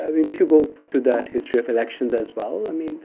i mean if you go to that history of elections as well, i mean